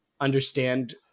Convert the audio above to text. understand